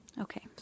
Okay